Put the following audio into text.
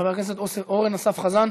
חבר הכנסת אורן אסף חזן.